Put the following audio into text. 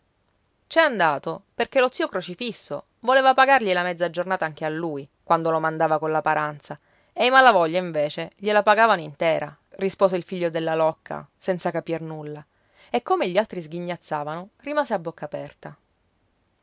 c'è andato perché lo zio crocifisso voleva pagargli la mezza giornata anche a lui quando lo mandava colla paranza e i malavoglia invece gliela pagavano intiera rispose il figlio della locca senza capir nulla e come gli altri sghignazzavano rimase a bocca aperta